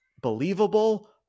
believable